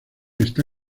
está